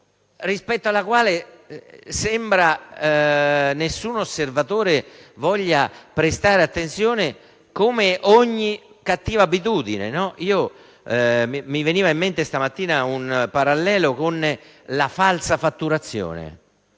assurda, alla quale sembra che nessun osservatore voglia prestare attenzione, come ogni cattiva abitudine. Mi veniva in mente questa mattina un parallelo con la falsa fatturazione: